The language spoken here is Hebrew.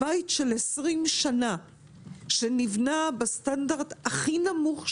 בית של 20 שנה שנבנה בסטנדרט הכי נמוך שיש,